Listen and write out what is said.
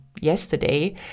yesterday